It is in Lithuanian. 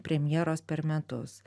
premjeros per metus